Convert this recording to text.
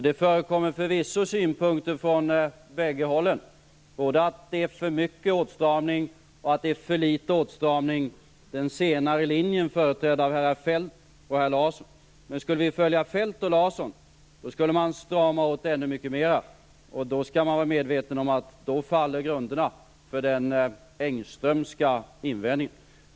Det förekommer förvisso synpunkter från bägge hållen, både att det är för mycket åtstramning och att det är för litet åtstramning; den senare linjen företrädd av herrar Feldt och Larsson. Skulle vi följa Feldt och Larsson skulle man strama åt ännu mycket mer. Då skall man vara medveten om att grunderna för den Engströmska invändningen faller.